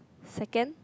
second